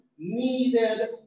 needed